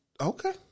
Okay